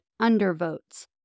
undervotes